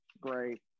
Great